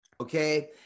Okay